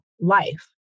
life